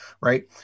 Right